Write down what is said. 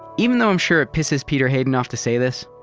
even though i'm sure it pisses peter hayden off to say this,